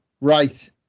right